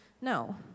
no